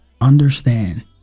Understand